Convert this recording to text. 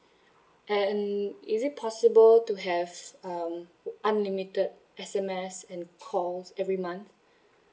and is it possible to have um unlimited S_M_S and calls every month